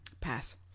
Pass